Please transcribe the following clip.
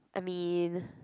I mean